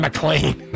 McLean